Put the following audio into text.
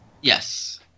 Yes